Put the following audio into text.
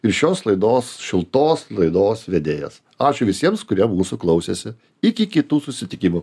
ir šios laidos šiltos laidos vedėjas ačiū visiems kurie mūsų klausėsi iki kitų susitikimų